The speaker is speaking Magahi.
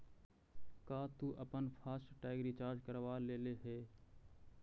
का तु अपन फास्ट टैग रिचार्ज करवा लेले हे?